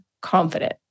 confident